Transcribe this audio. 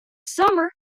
summer